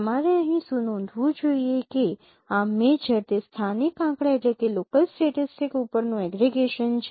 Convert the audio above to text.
તમારે અહીં શું નોંધવું જોઈએ કે આ મેજર તે સ્થાનિક આંકડા ઉપરનું એગ્રેગેશન છે